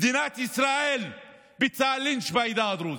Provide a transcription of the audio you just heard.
מדינת ישראל ביצעה לינץ' בעדה הדרוזית,